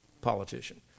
politician